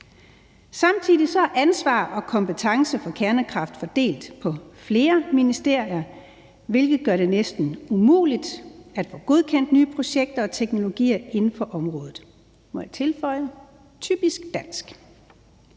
Samtidig er ansvar og kompetence for kernekraft fordelt på flere ministerier, hvilket gør det næsten umuligt at få godkendt nye projekter og teknologier inden for området. Jeg vil tilføje: typisk dansk!